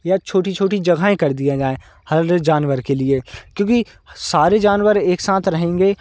या छोटी छोटी जगहें कर दिया जाए हरेक जानवर के लिए क्योंकि सारे जानवर एक साथ रहेंगे